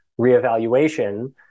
reevaluation